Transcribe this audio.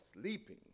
sleeping